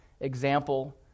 example